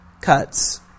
cuts